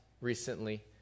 recently